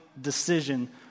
decision